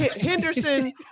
Henderson